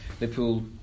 Liverpool